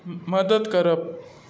मदत करप